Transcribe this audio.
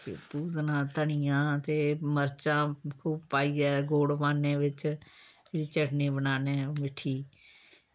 पूतना धनिया ते मर्चां खूब पाइयै ते गुड़ पान्ने बिच्च फ्ही चटनी बनान्ने मिट्ठी